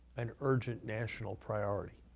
an urgent national priority.